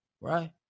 right